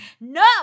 No